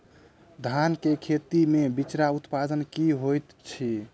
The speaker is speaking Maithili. धान केँ खेती मे बिचरा उत्पादन की होइत छी?